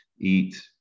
eat